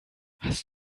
hast